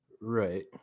right